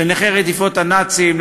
נכי רדיפות הנאצים,